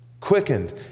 Quickened